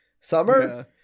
summer